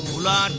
la